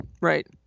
right